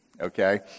okay